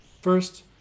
First